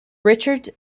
richards